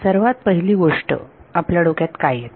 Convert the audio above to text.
सर्वात पहिली गोष्ट आपल्या डोक्यात काय येते